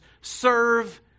serve